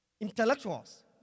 Intellectuals